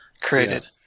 created